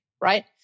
Right